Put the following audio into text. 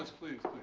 please, please.